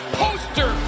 poster